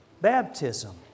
Baptism